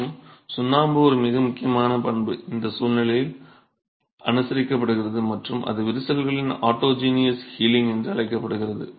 மற்றும் சுண்ணாம்பு ஒரு மிக முக்கியமான பண்பு இந்த சூழ்நிலைகளில் அனுசரிக்கப்படுகிறது மற்றும் அது விரிசல்களின் ஆட்டோஜினியஸ் ஹீலிங்க் என்று அழைக்கப்படுகிறது